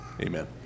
Amen